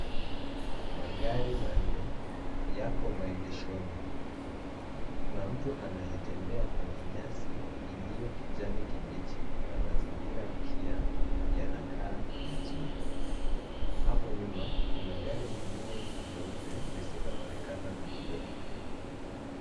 Magari manne yako maegeshoni. Kuna mtu anayetembea kwenye nyasi iliyo kijani kibichi na mazingira pia yanakaa vizuri. Hapo nyuma kuna gari nyingine jeupe lisiloonekana vizuri.